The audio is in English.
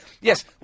Yes